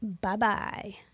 bye-bye